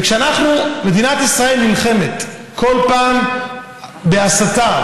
כשמדינת ישראל נלחמת כל פעם בהסתה,